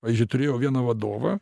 pavyzdžiui turėjau vieną vadovą